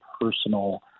personal